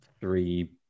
three